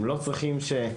הם יכולים להישאר בבית לבד.